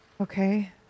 Okay